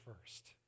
first